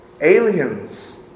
aliens